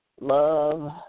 love